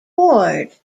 ward